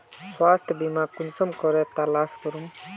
स्वास्थ्य बीमा कुंसम करे तलाश करूम?